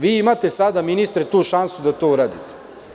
Vi imate sada ministre tu šansu da to uradite.